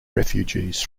refugees